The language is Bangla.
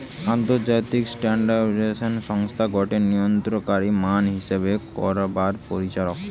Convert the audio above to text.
আন্তর্জাতিক স্ট্যান্ডার্ডাইজেশন সংস্থা গটে নিয়ন্ত্রণকারী মান হিসেব করবার পরিচালক